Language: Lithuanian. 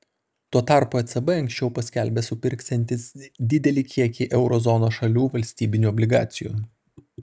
tuo tarpu ecb anksčiau paskelbė supirksiantis didelį kiekį euro zonos šalių valstybinių obligacijų